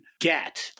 get